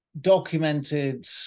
documented